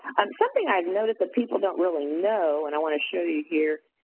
um something i've noticed that people don't really know, and i wanna show you here,